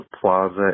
Plaza